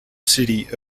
city